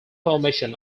formation